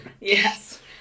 Yes